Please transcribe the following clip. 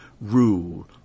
rule